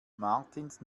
martins